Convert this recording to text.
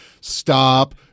stop